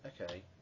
Okay